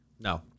No